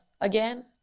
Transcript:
again